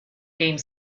game